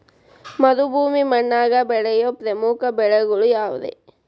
ಮರುಭೂಮಿ ಮಣ್ಣಾಗ ಬೆಳೆಯೋ ಪ್ರಮುಖ ಬೆಳೆಗಳು ಯಾವ್ರೇ?